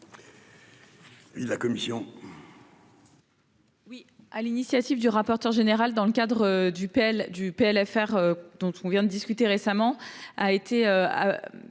la commission